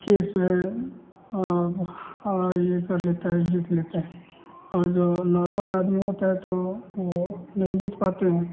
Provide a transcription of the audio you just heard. case जो है यह कर लेता है जीत लेते हैं और जो नॉर्मल आदमी होता है तो वह नहीं जीत पाते हैं